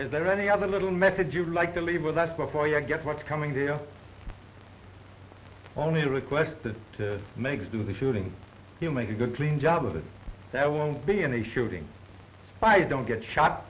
is there any other little method you'd like to leave with us before you get what's coming here only requested to make us do the shooting you make a good clean job of it so i won't be in a shooting if i don't get shot